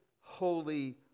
holy